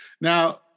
Now